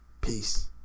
Peace